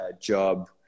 job